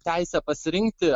teisę pasirinkti